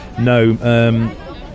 No